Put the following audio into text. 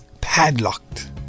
padlocked